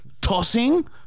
tossing